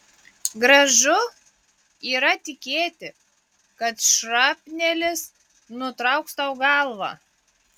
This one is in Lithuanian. gražu yra tikėti kad šrapnelis nutrauks tau galvą